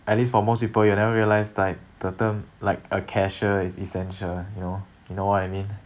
at least for most people you never realise like the term like a cashier is essential you know you know what I mean